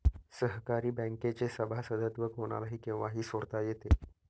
सहकारी बँकेचे सभासदत्व कोणालाही केव्हाही सोडता येते